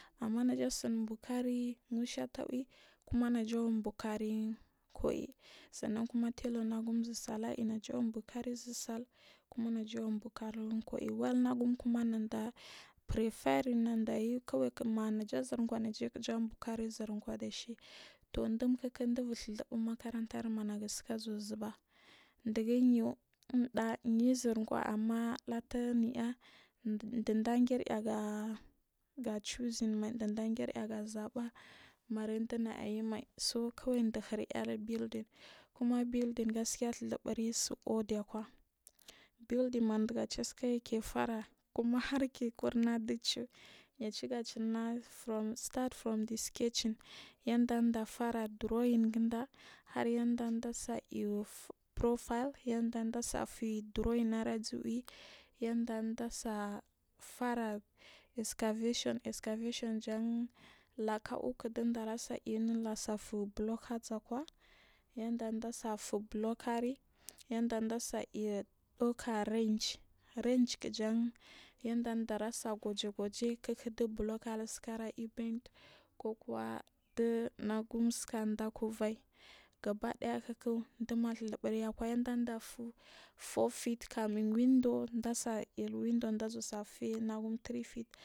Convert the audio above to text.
Amma nejisin buukari musha tawiku ma naji bukari kwai kuma telor unagu m ssali najibur kari zir sal kuma najibu buukari kwai well unagum ma prearing naɗa yu kawai manaja yukw ai maja zir kua kijabur kari zirkwa ɗaci tur dum kik ɗubur ɗhuizubu umakarantama nagukirzuba ɗigu yu inɗa yu zirkwa amma latun in ɗa inɗa garɗa ga cusing mai ɗinɗa garɗa ga zaba marɗu muryimai so kawai indihirya hubuilding kuma building gaskiya adhuzubuyu su udi bbuiding majasijayu kefara kumehar ke kunna ɗuchur yacigacin nial from start from cachine yanda ɗa desaiw profil yanɗa ɗesafuyiɗu royin uzu ui yanɗa ɗa ɗesai fara excaetion jan ɗafara lakawu ndesai fuh bulok zikwayanɗa ɗesai hih bulorkar yannɗa ɗase iy ucaren renge jan yanɗa ɗerese goge goge kik ɗu buluk ri sikara iyi ben kukuwa ɗinagu sika ɗaikuvai gabadaya kikɗima ɗhhzubu yanda ɗafu for fitcanwinɗo ɗedai irwindo ɗesai trefit.